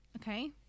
Okay